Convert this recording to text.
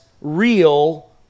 real